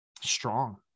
strong